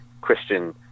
Christian